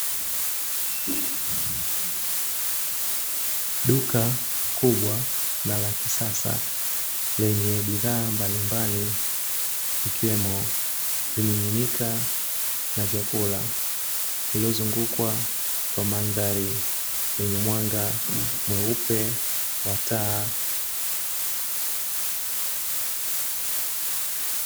Duka kubwa na la kisasa lenye bidhaa mbalimbali ikiwemo vimininika na vyakula. Lililozungukwa kwa mandhari yenye mwanga mweupe wa taa.